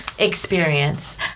Experience